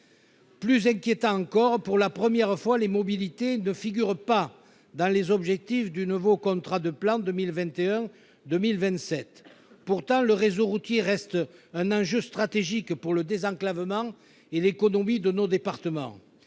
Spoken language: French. Plus inquiétant encore, pour la première fois, les mobilités ne figurent pas dans les objectifs du nouveau contrat de plan 2021-2027. Pourtant, le réseau routier reste un enjeu stratégique pour le désenclavement et l'économie de nos départements.